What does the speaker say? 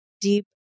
deep